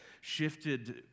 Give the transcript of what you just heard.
shifted